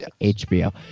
HBO